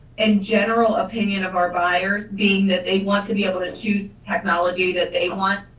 and general opinion of our buyers being that they want to be able to choose technology that they want,